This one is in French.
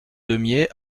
deumié